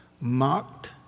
mocked